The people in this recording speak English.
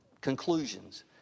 conclusions